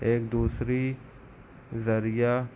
ایک دوسری ذریعہ